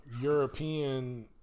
European